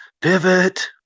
pivot